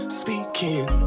speaking